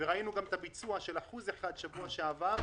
וראינו גם את הביצוע של אחוז אחד בשבוע שעבר,